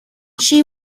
she